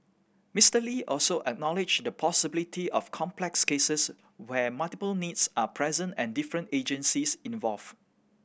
Mister Lee also acknowledged the possibility of complex cases where multiple needs are present and different agencies involved